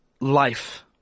Life